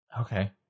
Okay